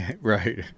Right